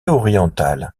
oriental